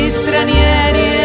stranieri